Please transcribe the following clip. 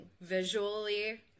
visually